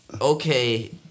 okay